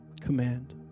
command